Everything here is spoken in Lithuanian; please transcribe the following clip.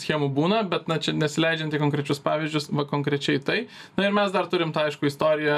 schemų būna bet na čia nesileidžiant į konkrečius pavyzdžius konkrečiai tai na ir mes dar turim tą aišku istoriją